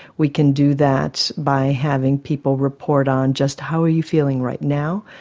we can do that by having people report on just how are you feeling right now,